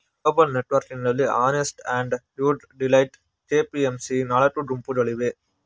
global ನೆಟ್ವರ್ಕಿಂಗ್ನಲ್ಲಿ Ernst and Young, Deloitte, KPMG ಈ ನಾಲ್ಕು ಗುಂಪುಗಳಿವೆ